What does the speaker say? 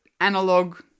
analog